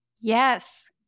Yes